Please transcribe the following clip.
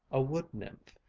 a wood-nymph,